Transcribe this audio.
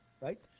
right